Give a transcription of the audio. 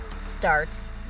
starts